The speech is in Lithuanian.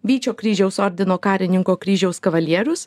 vyčio kryžiaus ordino karininko kryžiaus kavalierius